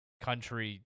country